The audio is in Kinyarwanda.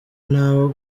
nabo